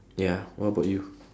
ya what about you